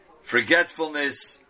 forgetfulness